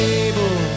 able